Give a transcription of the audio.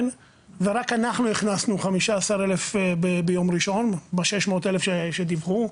רק אנחנו הכנסנו 15 אלף ביום ראשון מה-600 אלף שדיווחו.